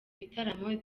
bitaramo